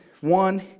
One